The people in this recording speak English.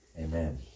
Amen